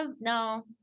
No